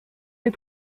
des